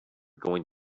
going